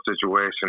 situation